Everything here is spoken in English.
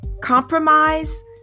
compromise